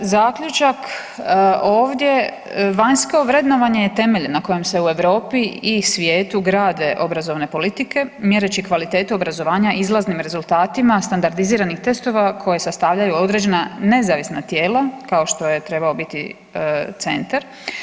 Zaključak ovdje, vanjsko vrednovanje je temelj na kojem se u Europi i svijetu grade obrazovne politike mjereći kvalitetu obrazovanja izlaznim rezultatima standardiziranih testova koje sastavljaju određena nezavisna tijela kao što je trebao biti centar.